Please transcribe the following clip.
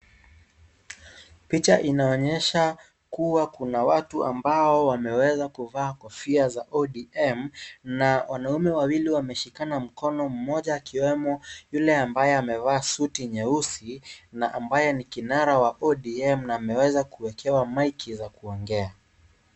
Picha inaonyesha kuwa kuna watu ambao wameweza kuvaa kofia za ODM na wanaume wawili wameshikana mkono mmoja akiwemo yule ambaye amevaa suti nyeusi na ambaye ni kinara wa ODM na ameweza kuwekewa mic za kuongea.